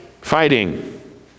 Fighting